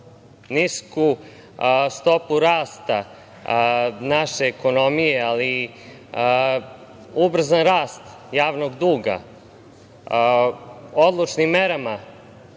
nisku stopu rasta naše ekonomije, ali ubrzan rast javnog duga, odlučnim merama